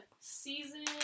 season